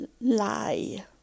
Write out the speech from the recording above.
lie